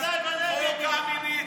ודאי, ודאי.